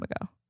ago